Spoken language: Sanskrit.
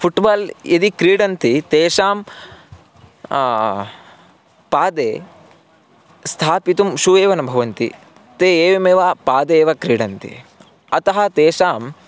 फ़ुट्बाल् यदि क्रीडन्ति तेषां पादे स्थापितं शू एव न भवन्ति ते एवमेव पादेव क्रीडन्ति अतः तेषाम्